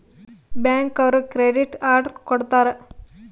bank ಅವ್ರು credit card ಕೊಡ್ತಾರ